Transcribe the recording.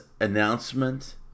announcement